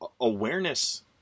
awareness